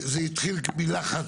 זה התחיל מלחץ,